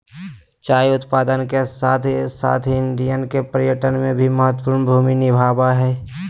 चाय उत्पादन के साथ साथ इंडिया के पर्यटन में भी महत्वपूर्ण भूमि निभाबय हइ